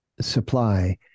supply